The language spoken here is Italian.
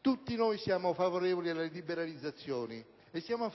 Tutti noi siamo favorevoli alla liberalizzazioni, e lo siamo